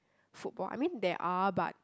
football I mean there are but